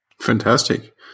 Fantastic